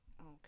okay